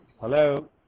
Hello